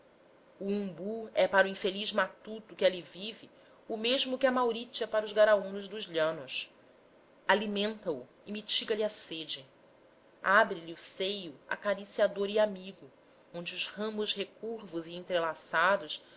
o umbu é para o infeliz matuto que ali vive o mesmo que a mauritia para os garaúnos dos llanos alimenta o e mitiga lhe a sede abre lhe o seio acariciador e amigo onde os ramos recurvos e entrelaçados